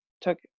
took